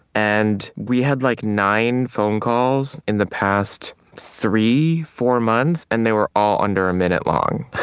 and we had like nine phone calls in the past three, four months, and they were all under a minute long.